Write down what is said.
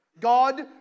God